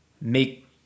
make